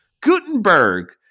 Gutenberg